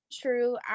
true